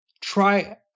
try –